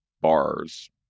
bars